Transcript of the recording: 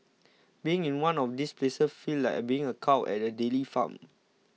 being in one of these places feels like being a cow at a dairy farm